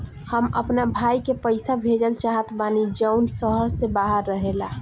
हम अपना भाई के पइसा भेजल चाहत बानी जउन शहर से बाहर रहेला